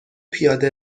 پیاده